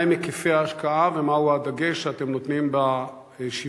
מהם היקפי ההשקעה ומהו הדגש שאתם נותנים בשיווק?